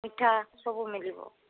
ମିଠା ସବୁ ମିଳିବ